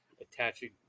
attaching